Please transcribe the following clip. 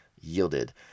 yielded